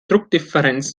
druckdifferenz